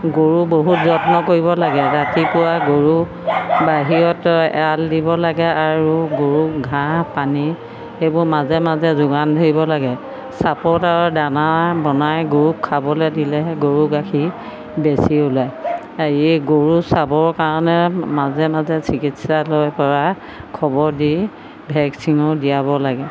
গৰুৰ বহুত যত্ন কৰিব লাগে ৰাতিপুৱা গৰুক বাহিৰত এৰাল দিব লাগে আৰু গৰুক ঘাঁহ পানী সেইবোৰ মাজে মাজে যোগান ধৰিব লাগে চাপৰ আৰু দানা বনাই গৰুক খাবলৈ দিলেহে গৰুৰ গাখীৰ বেছি ওলায় হেৰি গৰু চাবৰ কাৰণে মাজে মাজে চিকিৎসালয়ৰপৰা খবৰ দি ভেকচিনো দিয়াব লাগে